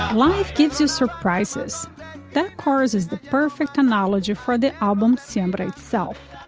life keeps you surprises that cars is the perfect analogy for the album's samba itself.